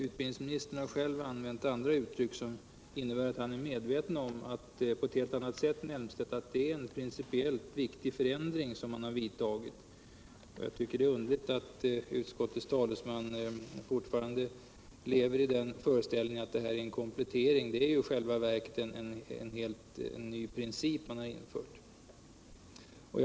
Utbildningsministern har använt andra uttryck som visar att han på ett helt annat sätt än herr Elmstedt är medveten om att det har vidtagits en principiellt viktig förändring. Jag tycker att det är underligt att utskottets talesman fortfarande lever i den föreställningen att det här rör sig om en komplettering. I själva verket har man infört en helt ny princip.